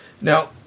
now